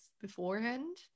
beforehand